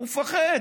הוא מפחד.